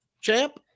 champ